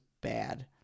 bad